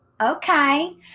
okay